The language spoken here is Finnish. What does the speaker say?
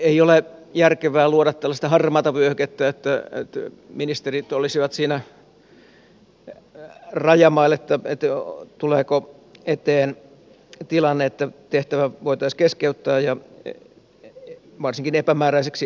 ei ole järkevää luoda tällaista harmaata vyöhykettä että ministerit olisivat siinä rajamailla että tulisi eteen tilanne että tehtävä voitaisiin keskeyttää ja varsinkin epämääräiseksi ajaksi